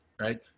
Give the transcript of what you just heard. right